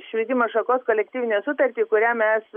švietimo šakos kolektyvinę sutartį kurią mes